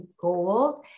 goals